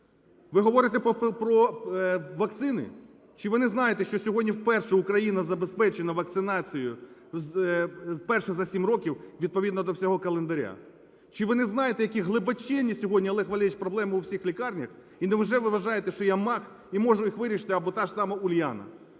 Ви говорите про вакцини, чи ви не знаєте, що сьогодні вперше Україна забезпечена вакцинацією, вперше за 7 років, відповідно до всього календаря. Чи ви не знаєте, які глибочині сьогодні, Олегу Валерійовичу, проблеми у всіх лікарнях, і невже ви вважаєте, що я маг і можу їх вирішити, або та ж сама Уляна.